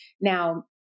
Now